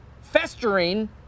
festering